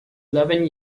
eleven